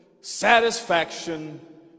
satisfaction